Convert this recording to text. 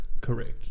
correct